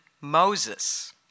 Moses